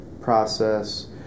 process